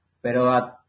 pero